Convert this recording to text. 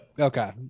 Okay